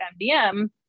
MDM